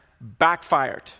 backfired